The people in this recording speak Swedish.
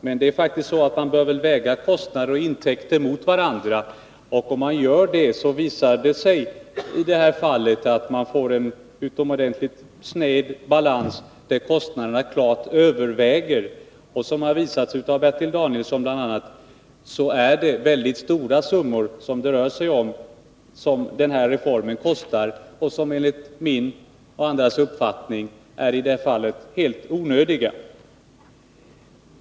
Men man bör väl väga kostnaderna och intäkterna mot varandra, och om man gör det visar det sig i det här fallet att man får en sned balans, där kostnaderna klart överväger. Som har visats av bl.a. Bertil Danielsson är det mycket stora summor som den här reformen kostar — kostnader som enligt min och andras uppfattning är helt onödiga.